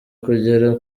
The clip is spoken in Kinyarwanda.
kugera